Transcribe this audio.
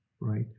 right